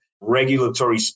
regulatory